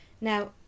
Now